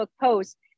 post